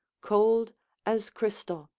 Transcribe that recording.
cold as crystal.